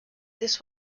this